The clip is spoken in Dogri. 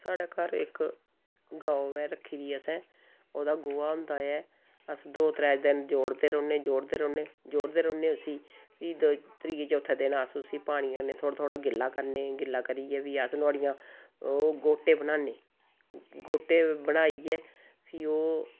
साढ़े घर इक गौ ऐ रक्खी दी असें ओह्दा गोहा होंदा ऐ अस दो त्रै दिन जोड़दे रौह्न्ने जोड़दे रौह्ने जोड़दे रौह्ने उस्सी फ्ही त्रीए चौथे दिन अस उस्सी पानी कन्नै थोह्ड़ा थोह्ड़ा गि'ल्ला करने गि'ल्ला करियै फ्ही अस नोआड़ियां गोह्टे बनान्ने गोह्टे बनाइयै फ्ही ओह्